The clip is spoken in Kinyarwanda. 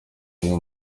amwe